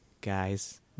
Guys